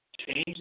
change